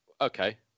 okay